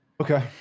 okay